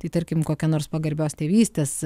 tai tarkim kokia nors pagarbios tėvystės